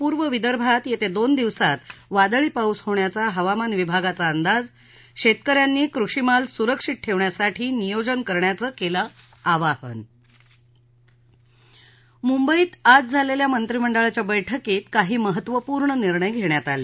पूर्व विदर्भात येत्या दोन दिवसात वादळी पाऊस होण्याचा हवामान विभागाचा अंदाज शेतक यांनी कृषी माल सुरक्षित ठेवण्यासाठी नियोजन करण्याचं केलं आवाहन मुंबईत आज झालेल्या मंत्रीमंडळाच्या बैठकीत काही महत्वपूर्ण निर्णय घेण्यात आले